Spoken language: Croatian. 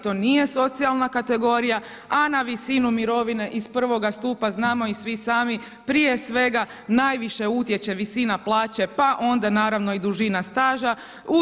To nije socijalna kategorija, a na visinu mirovine iz I stupa, znamo i svi sami prije svega najviše utječe visina plaće, pa onda naravno i dužina staža.